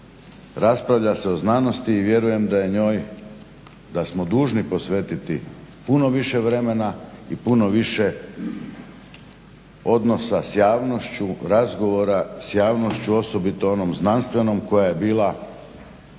Raspravlja se o znanosti i vjerujem da je njoj, da smo dužni posvetiti puno više vremena i puno više odnosa s javnošću, razgovora s javnošću osobito onom znanstvenom koja je bila